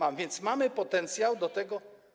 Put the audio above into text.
A więc mamy potencjał do tego.